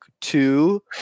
two